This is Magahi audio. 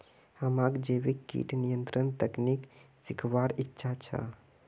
हमाक जैविक कीट नियंत्रण तकनीक सीखवार इच्छा छ